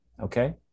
okay